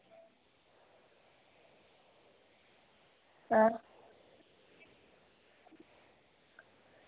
अं